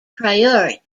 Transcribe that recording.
priority